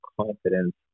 confidence